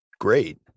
Great